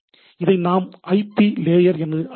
இதை நாம் I P layer என அழைக்கிறோம்